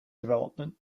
development